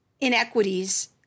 inequities